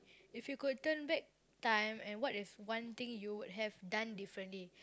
if you could turn back time and what is one thing you would have done differently